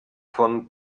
von